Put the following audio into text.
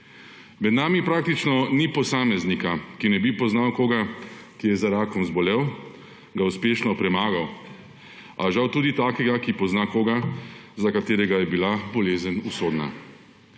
Med nami praktično ni posameznika, ki ne bi poznal koga, ki je za rakom zbolel, ga uspešno premagal; a žal tudi takega, ki pozna koga, za katerega je bila bolezen usodna.